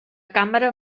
càmera